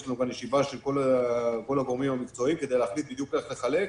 ישנה כאן ישיבה של כל הגורמים המקצועיים כדי להחליט בדיוק איך לחלק.